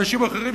אנשים אחרים,